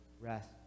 rest